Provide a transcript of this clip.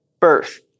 birth